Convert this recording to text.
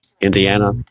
Indiana